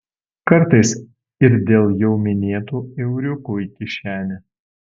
kartais ir dėl jau minėtų euriukų į kišenę